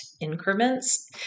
increments